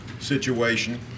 situation